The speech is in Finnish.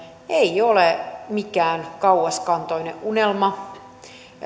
ei ole mikään kauaskantoinen unelma